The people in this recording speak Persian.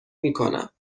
میکنم